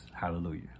Hallelujah